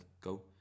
go